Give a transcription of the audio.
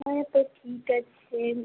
হ্যাঁ তো ঠিক আছে